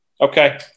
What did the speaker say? okay